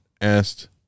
asked